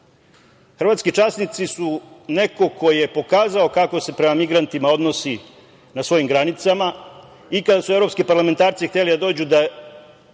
Hrvatski časnici su neko ko je pokazao kako se prema migrantima odnosi na svojim granicama i kada su evropski parlamentarci hteli da dođu da